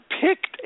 picked